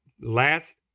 last